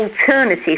alternative